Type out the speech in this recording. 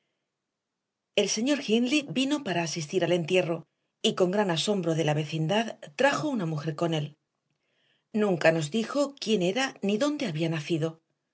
el señor hindley vino para asistir al entierro y con gran asombro de la vecindad trajo una mujer con él nunca nos dijo quién era ni dónde había nacido